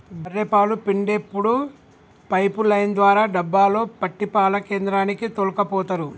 బఱ్ఱె పాలు పిండేప్పుడు పైపు లైన్ ద్వారా డబ్బాలో పట్టి పాల కేంద్రానికి తోల్కపోతరు